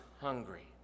hungry